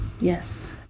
Yes